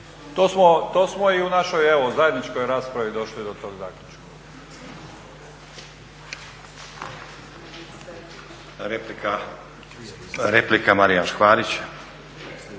To smo i u našoj evo zajedničkoj raspravi došli do tog zaključka. **Stazić, Nenad